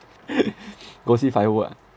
cause if I were